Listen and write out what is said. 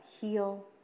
heal